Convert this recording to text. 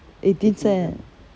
eighteen cent